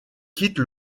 quitte